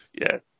Yes